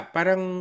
Parang